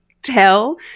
tell